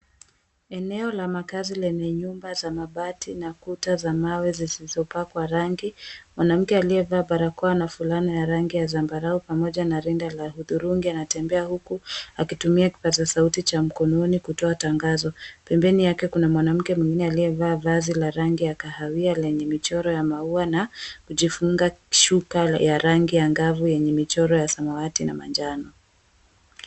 Eneo la makazi lenye nyumba za mabati na kuta za mawe zisizopakwa rangi. Mwanamke aliyevaa barakoa na fulana ya rangi ya zambarau pamoja na rinda la hudhurungi anatembea, huku akitumia kipaza sauti cha mkononi kutoa tangazo. Pembeni yake kuna mwanamke mwingine aliyevaa vazi la rangi ya kahawia lenye michoro ya maua na kujifunga shuka ya rangi angavu yenye michoro ya samawati na manjano.